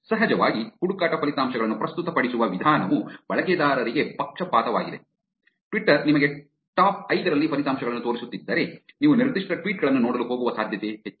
ಸಹಜವಾಗಿ ಹುಡುಕಾಟ ಫಲಿತಾಂಶಗಳನ್ನು ಪ್ರಸ್ತುತಪಡಿಸುವ ವಿಧಾನವು ಬಳಕೆದಾರರಿಗೆ ಪಕ್ಷಪಾತವಾಗಿದೆ ಟ್ವಿಟರ್ ನಿಮಗೆ ಟಾಪ್ ಐದರಲ್ಲಿ ಫಲಿತಾಂಶಗಳನ್ನು ತೋರಿಸುತ್ತಿದ್ದರೆ ನೀವು ನಿರ್ದಿಷ್ಟ ಟ್ವೀಟ್ ಗಳನ್ನು ನೋಡಲು ಹೋಗುವ ಸಾಧ್ಯತೆ ಹೆಚ್ಚು